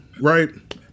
right